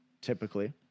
typically